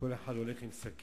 כל אחד הולך עם סכין,